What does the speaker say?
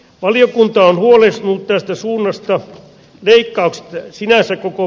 valiokunta on huolestunut tästä suunnasta milkcap sinänsä koko